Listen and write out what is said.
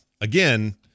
again